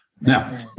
Now